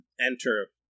enter